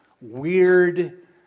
weird